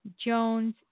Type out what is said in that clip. Jones